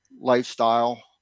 lifestyle